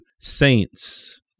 saints